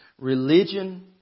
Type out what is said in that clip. Religion